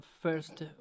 first